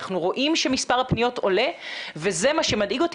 אנחנו רואים שמספר הפניות עולה ומה שמדאיג אותי